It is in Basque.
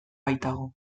baitago